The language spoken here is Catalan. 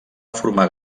formar